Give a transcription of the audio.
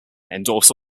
endorse